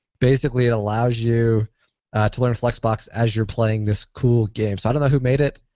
basically, it allows you to learn flexbox as you're playing this cool game. so i don't know who made it,